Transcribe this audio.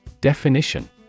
Definition